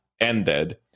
ended